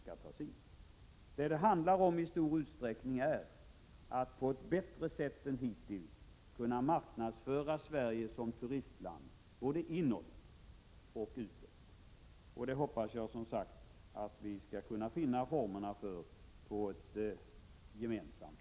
Vad det i stor utsträckning handlar om är att på ett bättre sätt än hittills marknadsföra Sverige som turistland både inåt och utåt. Jag hoppas som sagt att vi skall kunna finna former för att göra det gemensamt.